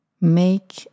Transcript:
Make